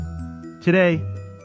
Today